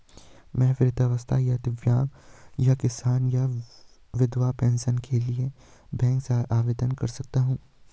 मैं वृद्धावस्था या दिव्यांग या किसान या विधवा पेंशन के लिए बैंक से आवेदन कर सकता हूँ?